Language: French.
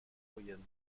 moyenne